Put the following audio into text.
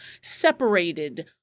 separated